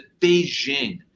Beijing